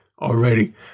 already